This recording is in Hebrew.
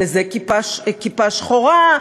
לזה כיפה שחורה,